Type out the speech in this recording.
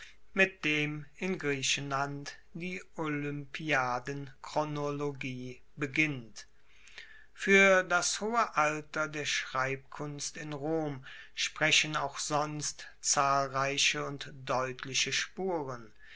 mit dem in griechenland die olympiadenchronologie beginnt fuer das hohe alter der schreibkunst in rom sprechen auch sonst zahlreiche und deutliche spuren